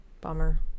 Bummer